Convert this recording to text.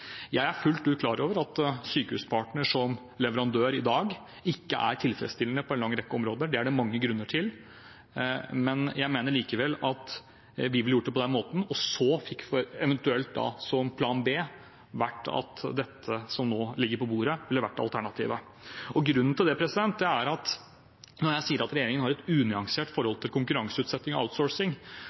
Jeg er fullt klar over at Sykehuspartner HF som leverandør i dag ikke er tilfredsstillende på en lang rekke områder. Det er det mange grunner til. Vi ville likevel gjort det på den måten, og så fikk eventuelt plan B, det som nå ligger på bordet, være alternativet. Grunnen til det er at når jeg sier at regjeringen har et unyansert forhold til konkurranseutsetting og